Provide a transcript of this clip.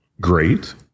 great